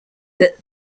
that